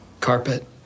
carpet